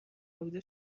خوابیده